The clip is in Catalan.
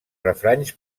refranys